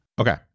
Okay